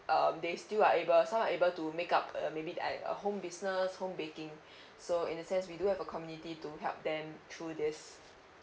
um they still are able some are able to make up uh maybe like a home business home baking so in the sense we do have a community to help them through this